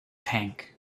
tank